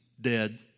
dead